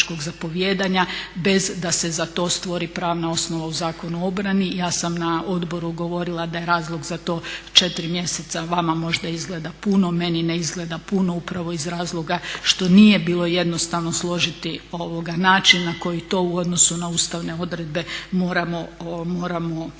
bez da se za to stvori pravna osnova u Zakonu o obrani. I ja sam na odboru govorila da je razlog za to 4 mjeseca, vama možda izgleda puno, meni ne izgleda puno upravo iz razloga što nije bilo jednostavno složiti način na koji to u odnosu na ustavne odredbe moramo regulirati.